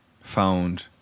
found